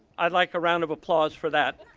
i'd like a round of applause for that.